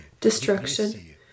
destruction